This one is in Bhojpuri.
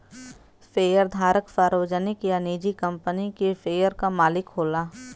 शेयरधारक सार्वजनिक या निजी कंपनी के शेयर क मालिक होला